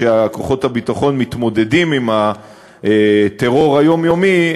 כשכוחות הביטחון מתמודדים עם הטרור היומיומי,